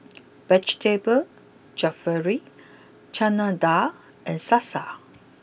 Vegetable Jalfrezi Chana Dal and Salsa